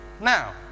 Now